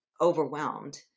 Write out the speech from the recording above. overwhelmed